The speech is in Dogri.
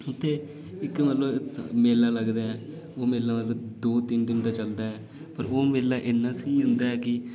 उत्थै इक मतलब मेला लगदा ऐ ओह् मेला दो त्रै दिन दा चलदा ऐ ते ओह् मेला इन्ना स्हेई होंदा ऐ कि